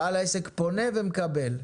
בעל העסק פונה ומקבל?